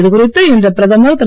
இதுகுறித்து இன்று பிரதமர் திரு